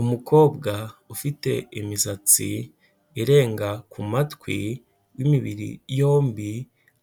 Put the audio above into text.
Umukobwa ufite imisatsi irenga ku matwi, w'imibiri yombi,